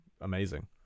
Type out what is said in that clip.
amazing